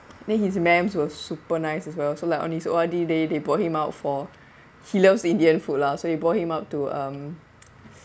then his ma'ams were super nice as well so like on his O_R_D day they brought him out for he loves indian food lah so they brought him up to um